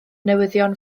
newyddion